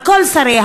על כל שריה,